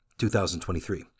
2023